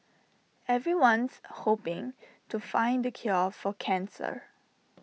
everyone's hoping to find the cure for cancer